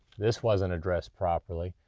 this wasn't addressed properly.